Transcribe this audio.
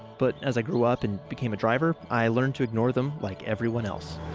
but as i grew up and became a driver, i learned to ignore them like everyone else.